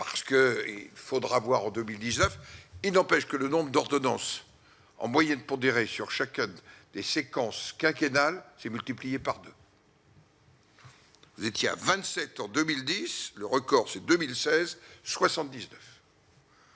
parce qu'il faudra voir en 2019, il n'empêche que le nombre d'ordonnances en moyenne pondérée sur chacun des séquences quinquennal c'est multiplié par 2. Vous étiez à 27 en 2010, le record c'est 2016 79.